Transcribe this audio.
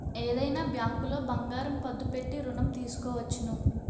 ఏదైనా బ్యాంకులో బంగారం పద్దు పెట్టి ఋణం తీసుకోవచ్చును